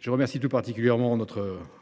Je remercie notre rapporteur,